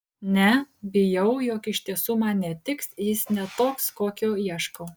ne bijau jog iš tiesų man netiks jis ne toks kokio ieškau